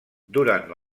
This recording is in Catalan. durant